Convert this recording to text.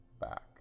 back